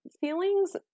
feelings